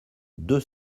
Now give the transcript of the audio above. deux